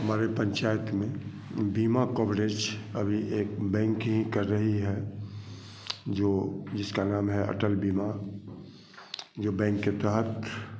हमारे पंचायत में बीमा कवरेज अभी एक बैंक ही कर रही है जो जिसका नाम है अटल बीमा जो बैंक के तहत